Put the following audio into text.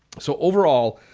so overall,